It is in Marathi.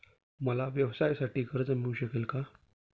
मला व्यवसायासाठी कर्ज मिळू शकेल का?